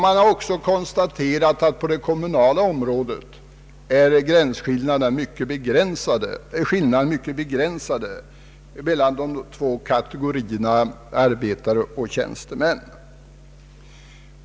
Man har också konstaterat att på det kommunala området skillnaderna mellan de två kategorierna arbetare och tjänstemän är mycket begränsade.